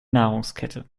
nahrungskette